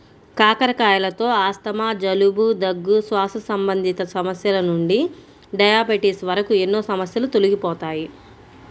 కాకరకాయలతో ఆస్తమా, జలుబు, దగ్గు, శ్వాస సంబంధిత సమస్యల నుండి డయాబెటిస్ వరకు ఎన్నో సమస్యలు తొలగిపోతాయి